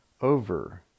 over